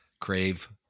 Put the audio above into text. crave